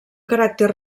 caràcter